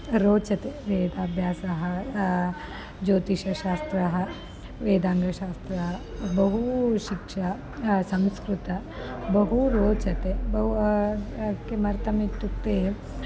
रोचते वेदाभ्यासः ज्योतिषशास्त्रं वेदाङ्गशास्त्रं बहु शिक्षा संस्कृतं बहु रोचते बव् किमर्थम् इत्युक्ते